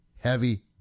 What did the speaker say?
heavy